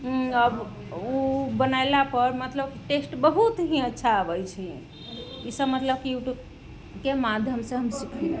उ बनैलापर मतलब टेस्ट बहुत ही अच्छा अबै छै ई सभ मतलब कि यूट्यूबके माध्यमसँ हम सिखली